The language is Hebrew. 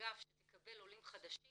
אגף שיקבל עולים חדשים